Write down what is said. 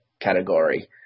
category